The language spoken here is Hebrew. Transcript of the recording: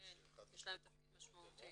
יש להם תפקיד משמעותי.